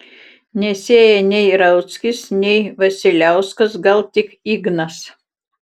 nesėja nei rauckis nei vasiliauskas gal tik ignas